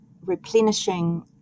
replenishing